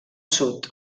sud